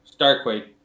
Starquake